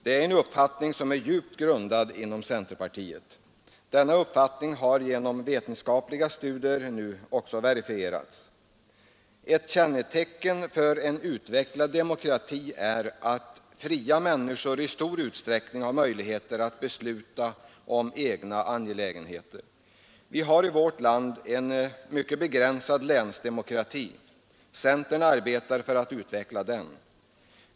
Det är en uppfattning som är djupt grundad inom centerpartiet, och den har nu också verifierats genom vetenskapliga studier. Kännetecknande för en utvecklad demokrati är att fria människor i stor utsträckning har möjligheter att besluta om egna angelägenheter. Vi har i vårt land en mycket begränsad länsdemokrati. Centern arbetar på att utveckla den.